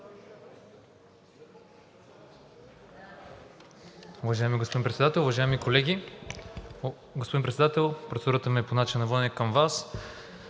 Уважаеми господин Председател, уважаеми колеги! Господин Председател, процедурата ми е по начина на водене към Вас,